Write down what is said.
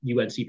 UNC